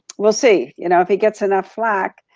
we'll see, you know if he gets enough flack,